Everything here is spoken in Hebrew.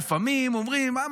לפעמים אומרים: אה,